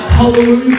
Hallelujah